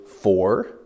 four